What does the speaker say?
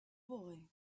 boy